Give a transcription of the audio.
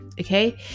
okay